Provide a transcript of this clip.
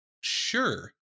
sure